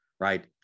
right